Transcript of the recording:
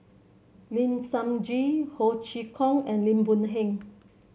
Lim Sun Gee Ho Chee Kong and Lim Boon Heng